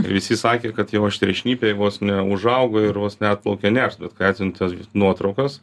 ir visi sakė kad jau aštriašnipiai vos neužaugo ir vos neatplaukė neršt bet kai atsiuntė nuotraukas